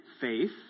faith